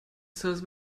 sells